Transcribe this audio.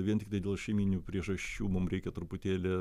vien tiktai dėl šeimyninių priežasčių mum reikia truputėlį